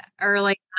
early